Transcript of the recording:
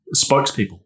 spokespeople